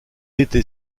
était